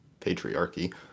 patriarchy